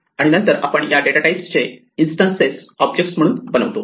आणि नंतर आपण या डेटा टाईपचे इंस्टनसेस ऑब्जेक्ट म्हणून बनवतो